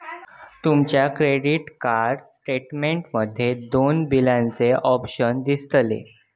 तुमच्या credit card statement मध्ये दोन बिलाचे ऑप्शन दिसतले